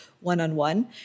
one-on-one